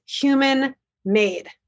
human-made